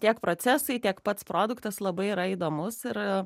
tiek procesai tiek pats produktas labai yra įdomus ir